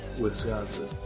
Wisconsin